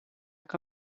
que